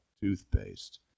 toothpaste